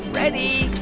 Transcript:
ready